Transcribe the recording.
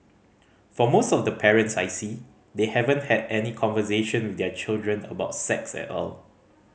for most of the parents I see they haven't had any conversation with their children about sex at all